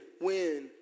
win